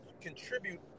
contribute